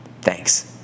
Thanks